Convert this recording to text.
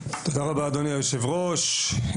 תודה רבה אדוני היושב ראש,